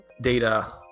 data